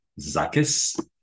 Zakis